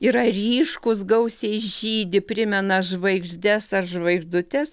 yra ryškūs gausiai žydi primena žvaigždes ar žvaigždutes